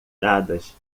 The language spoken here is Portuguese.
dadas